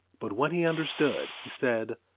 but when he understood, he said,